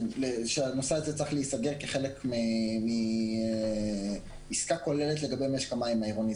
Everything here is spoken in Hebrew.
שהנושא הזה צריך להיסגר כחלק מעסקה כוללת לגבי משק המים העירוני.